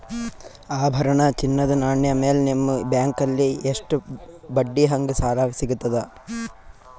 ಆಭರಣ, ಚಿನ್ನದ ನಾಣ್ಯ ಮೇಲ್ ನಿಮ್ಮ ಬ್ಯಾಂಕಲ್ಲಿ ಎಷ್ಟ ಬಡ್ಡಿ ಹಂಗ ಸಾಲ ಸಿಗತದ?